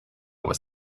was